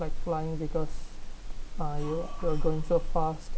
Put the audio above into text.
like flying because uh you you are going so fast